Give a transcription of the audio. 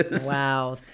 Wow